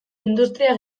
industria